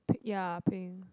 p~ ya pink